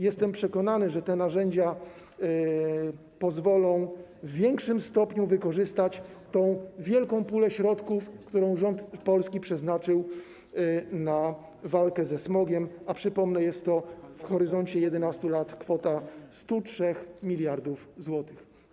Jestem przekonany, że te narzędzia pozwolą w większym stopniu wykorzystać tę wielką pulę środków, którą rząd Polski przeznaczył na walkę ze smogiem, a przypomnę, jest to w horyzoncie 11 lat kwota 103 mld zł.